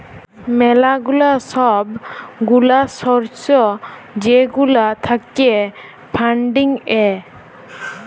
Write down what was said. ম্যালা গুলা সব গুলা সর্স যেগুলা থাক্যে ফান্ডিং এ